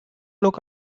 look